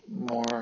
more